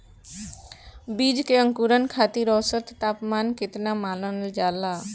बीज के अंकुरण खातिर औसत तापमान केतना मानल जाला?